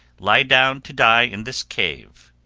lie down to die in this cave,